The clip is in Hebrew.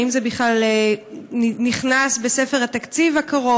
האם זה בכלל נכנס בספר התקציב הקרוב?